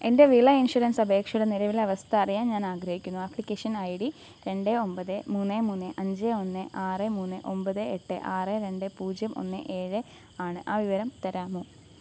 എന്റെ വിള ഇൻഷുറൻസ് അപേക്ഷയുടെ നിലവിലെ അവസ്ഥ അറിയാൻ ഞാൻ ആഗ്രഹിക്കുന്നു ആപ്ലിക്കേഷൻ ഐ ഡി രണ്ട് ഒമ്പത് മൂന്ന് മൂന്ന് അഞ്ച് ഒന്ന് ആറ് മൂന്ന് ഒമ്പത് എട്ട് ആറ് രണ്ട് പൂജ്യം ഒന്ന് ഏഴ് ആണ് ആ വിവരം തരാമോ